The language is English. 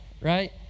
right